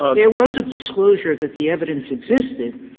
there was a disclosure that the evidence existed.